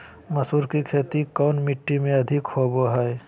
मसूर की खेती कौन मिट्टी में अधीक होबो हाय?